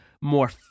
more